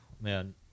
man